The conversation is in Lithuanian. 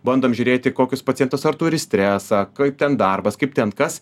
bandom žiūrėti kokius pacientas ar turi stresą kaip ten darbas kaip ten kas